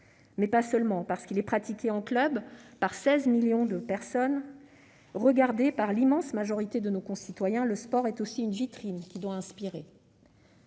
mais aussi au-delà. Parce qu'il est pratiqué en club par 16 millions de personnes et regardé par l'immense majorité de nos concitoyens, le sport est une vitrine qui doit inspirer.